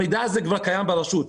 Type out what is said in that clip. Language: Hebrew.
המידע הזה כבר קיים ברשות.